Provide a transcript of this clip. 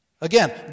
Again